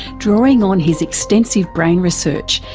drawing on his extensive brain research,